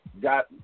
Got